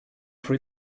for